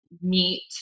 meet